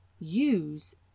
use